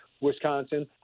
Wisconsin